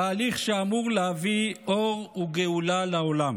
תהליך שאמור להביא אור וגאולה לעולם.